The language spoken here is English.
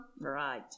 right